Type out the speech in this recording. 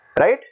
right